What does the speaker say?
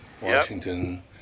Washington